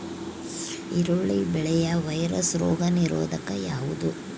ಈರುಳ್ಳಿ ಬೆಳೆಯ ವೈರಸ್ ರೋಗ ನಿರೋಧಕ ಯಾವುದು?